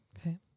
Okay